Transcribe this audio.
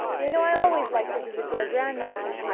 you know i always like to visit dear grandmamma.